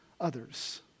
others